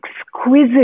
exquisite